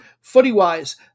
Footy-wise